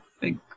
big